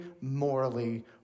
morally